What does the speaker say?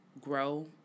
grow